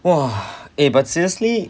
!wah! eh but seriously